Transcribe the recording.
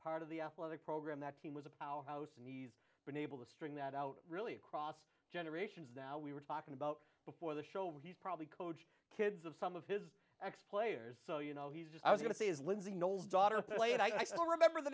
part of the athletic program that he was a powerhouse and he's been able to string that out really across generations now we were talking about before the show he's probably coach kids of some of his x players so you know he's just i was going to say is lindsay knowles daughter played i still remember the